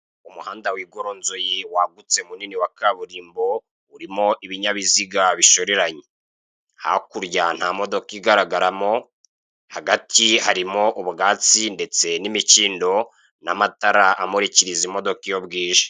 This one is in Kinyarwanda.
Umuhanda wigoronzoye wagutse munini wa kaburimbo urimo ibinyabiziga bishoreranye, hakurya ntamodoka igaragaramo hagati harimo ubwatsi ndetse n'imikingo n'amatara amurikira izi modoka iyo bwije.